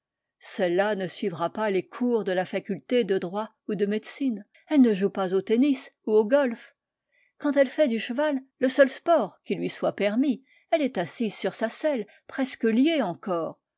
celle-là ne suivra pas les cours de la faculté de droit ou de médecine elle ne joue pas au tennis ou au golf quand elle fait du cheval le seul sport qui lui soit permis elle est assise sur sa selle presque liée encore